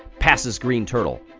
passes green turtle.